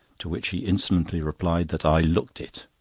to which he insolently replied that i looked it.